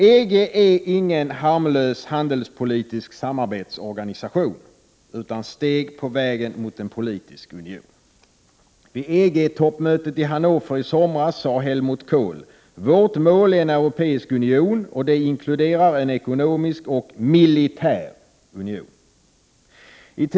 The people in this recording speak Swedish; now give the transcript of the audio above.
EG är ingen harmlös handelspolitisk samarbetsorganisation utan ett steg på vägen mot en politisk union. Vid EG-toppmötet i Hannover i somras sade Helmut Kohl: ”Vårt mål är en europeisk union, och det inkluderar en ekonomisk och militär union”.